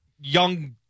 young